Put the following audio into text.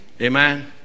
Amen